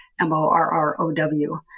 M-O-R-R-O-W